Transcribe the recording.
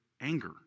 anger